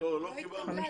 לא קיבלנו.